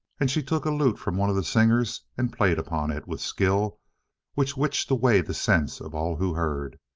and she took a lute from one of the singers and played upon it with skill which witched away the sense of all who heard.